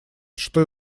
что